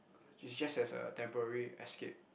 it's just as a temporary escape